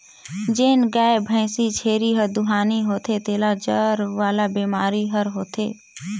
जेन गाय, भइसी, छेरी हर दुहानी होथे तेला जर वाला बेमारी हर होथे